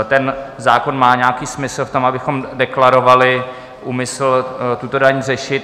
Ten zákon má nějaký smysl v tom, abychom deklarovali úmysl tuto daň řešit.